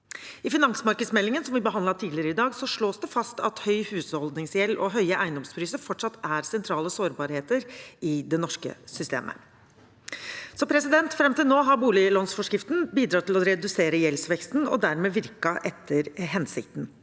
tidligere i dag, slås det fast at høy husholdningsgjeld og høye eiendomspriser fortsatt er sentrale sårbarheter i det norske systemet. Fram til nå har boliglånsforskriften bidratt til å redusere gjeldsveksten og dermed virket etter hensikten.